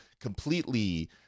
completely